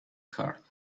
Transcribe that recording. card